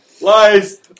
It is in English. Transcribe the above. Lies